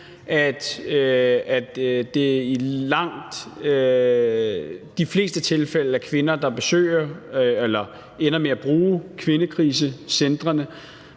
langt de fleste tilfælde er kvinder, der ender med at bruge kvindekrisecentrene,